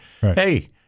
Hey